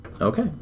Okay